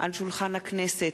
על שולחן הכנסת,